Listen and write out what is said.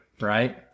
right